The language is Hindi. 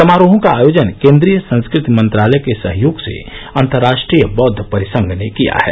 समारोहों का आयोजन केंद्रीय संस्कृति मंत्रालय के सहयोग से अंतर्राष्ट्रीय बौद्व परिसंघ ने किया है